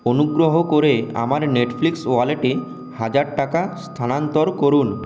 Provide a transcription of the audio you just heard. অনুগ্রহ করে আমার নেটফ্লিক্স ওয়ালেটে হাজার টাকা স্থানান্তর করুন